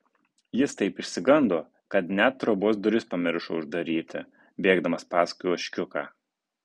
jis taip išsigando kad net trobos duris pamiršo uždaryti bėgdamas paskui ožkiuką